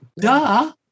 Duh